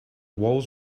walls